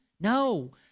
No